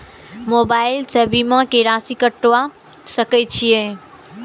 Mobile से बीमा के राशि कटवा सके छिऐ?